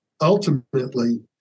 ultimately